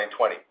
2020